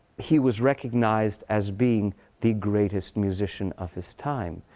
he was recognized as being the greatest musician of his time.